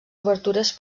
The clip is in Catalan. obertures